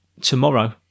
tomorrow